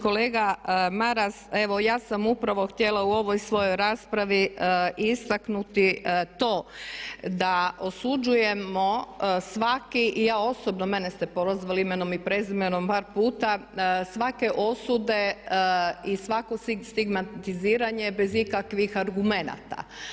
Kolega Maras evo ja sam upravo htjela u ovoj svojoj raspravi istaknuti to da osuđujemo svaki, i ja osobno jer mene ste prozvali imenom i prezimenom par puta, svake osude i svako stigmatiziranje bez ikakvih argumenata.